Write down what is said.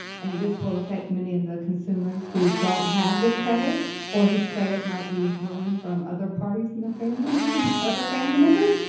and this will affect many of the consumers who don't have good credit or whose credit might be ruined from other parties in the family i mean other family members,